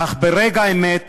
אך ברגע האמת